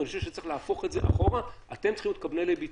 אני חושב שצריך להפוך את זה אחורה ואתם צריכים להיות קבלני ביצוע,